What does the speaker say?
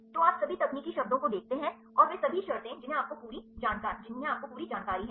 तो आप सभी तकनीकी शब्दों को देखते हैं और वे सभी शर्तें जिन्हें आपको पूरी जानकारी है